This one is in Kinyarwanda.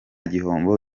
gihombo